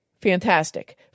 fantastic